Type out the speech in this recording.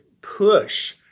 push